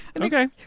Okay